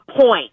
point